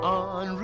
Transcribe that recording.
on